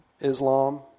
Islam